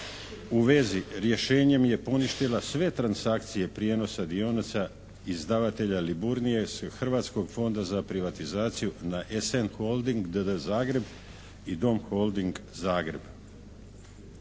u vezi rješenjem je poništila sve transakcije prijenosa dionica izdavatelja Liburnije s Hrvatskog fonda za privatizaciju na "SN Holding" d.d. Zagreb i "Dom Holding" Zagreb.